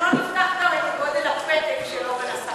אנחנו לא נפתח, את גודל, של אורן אסף